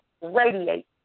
radiate